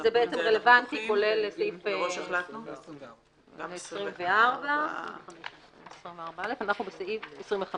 וזה רלוונטי כולל סעיף 24. אנחנו בסעיף 25: